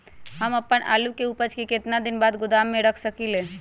हम अपन आलू के ऊपज के केतना दिन बाद गोदाम में रख सकींले?